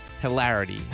hilarity